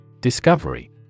Discovery